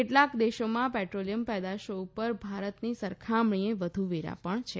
કેટલાંક દેશોમાં પેટ્રોલીયમ પેદાશો ઉપર ભારતની સરખામણીએ વધુ વેરા પણ છે